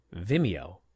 Vimeo